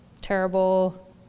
terrible